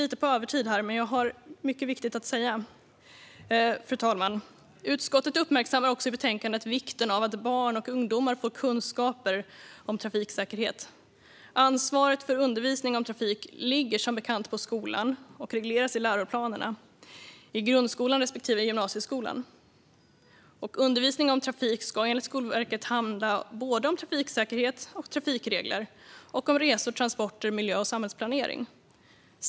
I betänkandet uppmärksammar utskottet också vikten av att barn och ungdomar får kunskaper om trafiksäkerhet. Ansvaret för undervisning om trafik ligger som bekant på skolan och regleras i läroplanerna för grundskolan respektive gymnasieskolan. Undervisning om trafik ska enligt Skolverket handla om både trafiksäkerhet och trafikregler och om resor, transporter, miljö och samhällsplanering.